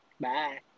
Bye